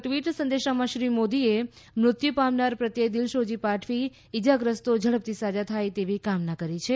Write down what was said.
tweet સંદેશમાં શ્રી મોદીએ મૃત્યુ પામનાર પ્રત્યે દિલશોજી પાઠવી ઇજાગ્રસ્તો ઝડપથી સાજા થાય તેવી કામના કરી છે